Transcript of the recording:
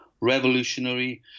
revolutionary